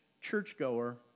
churchgoer